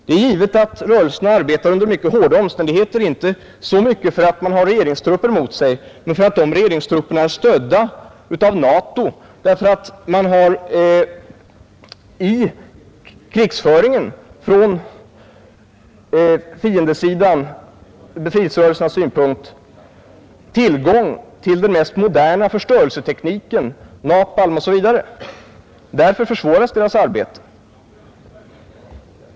Det är givet att rörelserna arbetar under mycket hårda omständigheter, inte så mycket för att man har regeringstrupper mot sig som för att regeringstrupperna är stödda av NATO. I krigföringen från fiendesidan — från befrielserörelsernas synpunkt — har man tillgång till den mest moderna förstörelsetekniken, napalm osv. Därför försvåras deras arbete.